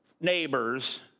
neighbors